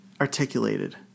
articulated